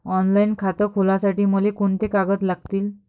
Online खातं खोलासाठी मले कोंते कागद लागतील?